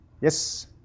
Yes